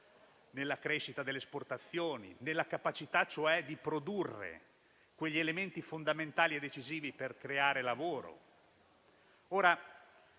ad accrescere le esportazioni, ovvero la capacità di produrre quegli elementi fondamentali e decisivi per creare lavoro.